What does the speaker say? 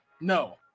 No